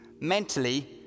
mentally